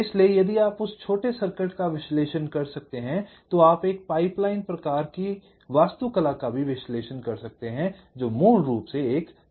इसलिए यदि आप उस छोटे सर्किट का विश्लेषण कर सकते हैं तो आप एक पाइपलाइन प्रकार की वास्तुकला का भी विश्लेषण कर सकते हैं जो मूल रूप से एक समान संरचना है